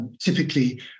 typically